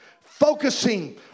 focusing